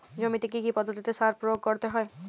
জমিতে কী কী পদ্ধতিতে সার প্রয়োগ করতে হয়?